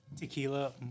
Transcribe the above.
tequila